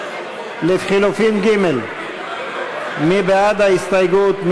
לחלופין ג' מי בעד ההסתייגות?